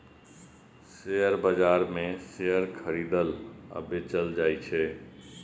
share बाजार मे शेयर खरीदल आ बेचल जाइ छै